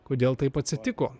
kodėl taip atsitiko